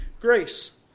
grace